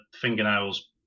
fingernails